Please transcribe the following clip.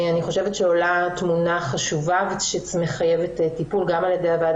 אני חושבת שעולה תמונה חשובה שמחייבת טיפול גם על ידי הוועדה